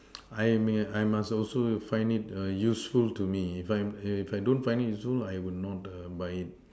I may I must also find it useful to me if I'm if I don't find it useful I will not buy it